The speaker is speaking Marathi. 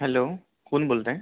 हॅलो कोण बोलत आहे